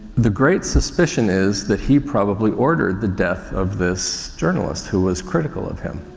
the great suspicion is that he probably ordered the death of this journalist who was critical of him.